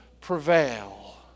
prevail